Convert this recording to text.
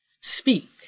speak